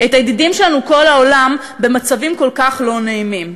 את הידידים שלנו מכל העולם במצבים כל כך לא נעימים?